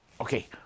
okay